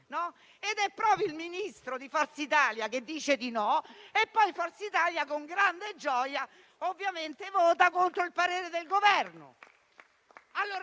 è proprio il Ministro di Forza Italia che dice di no e poi il Gruppo Forza Italia con grande gioia vota contro il parere del Governo.